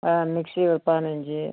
ஆ mixie ஒரு பதினஞ்சு